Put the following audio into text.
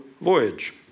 voyage